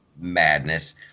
madness